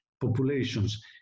populations